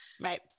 Right